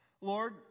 Lord